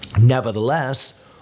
Nevertheless